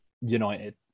United